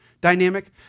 dynamic